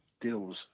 deals